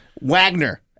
Wagner